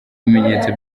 bimenyetso